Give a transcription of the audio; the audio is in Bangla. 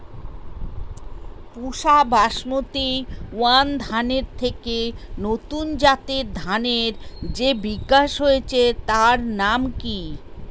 পুসা বাসমতি ওয়ান ধানের থেকে নতুন জাতের ধানের যে বিকাশ হয়েছে তার নাম কি?